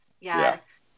Yes